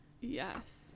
Yes